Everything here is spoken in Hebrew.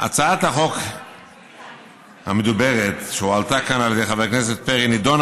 הצעת החוק המדוברת שהועלתה כאן על ידי חבר הכנסת פרי נדונה